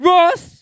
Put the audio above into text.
Ross